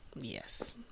Yes